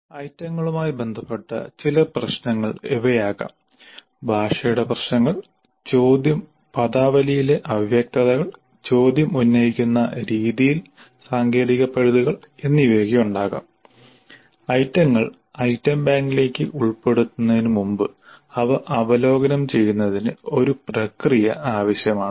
ഐറ്റങ്ങളുമായി ബന്ധപ്പെട്ട് ചില പ്രശ്നങ്ങൾ ഇവയാകാം ഭാഷയുടെ പ്രശ്നങ്ങൾ ചോദ്യം പദാവലിയിലെ അവ്യക്തതകൾ ചോദ്യം ഉന്നയിക്കുന്ന രീതിയിൽ സാങ്കേതിക പഴുതുകൾ എന്നിവയൊക്കെ ഉണ്ടാകാം ഐറ്റങ്ങൾ ഐറ്റം ബാങ്കിലേക്ക് ഉൾപ്പെടുത്തുന്നതിന് മുമ്പ് അവ അവലോകനം ചെയ്യുന്നതിന് ഒരു പ്രക്രിയ ആവശ്യമാണ്